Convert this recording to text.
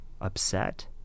upset